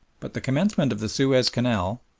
but the commencement of the suez canal,